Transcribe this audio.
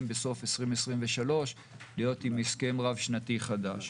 בסוף 2023 להיות עם הסכם רב שנתי חדש.